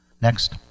Next